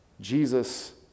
Jesus